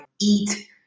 eat